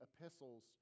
epistles